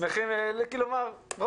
שמחים לשמוע.